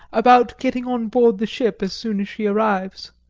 about getting on board the ship as soon as she arrives.